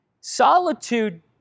Solitude